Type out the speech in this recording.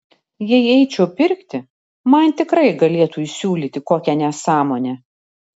jei eičiau pirkti man tikrai galėtų įsiūlyti kokią nesąmonę